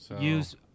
use